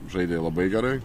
žaidė labai gerai